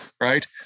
right